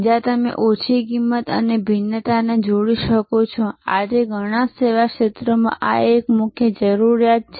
જ્યાં તમે ઓછી કિંમત અને ભિન્નતાને જોડી શકો છો આજે ઘણા સેવા ક્ષેત્રોમાં આ એક મુખ્ય જરૂરિયાત છે